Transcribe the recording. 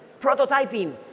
prototyping